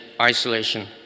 isolation